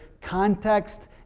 context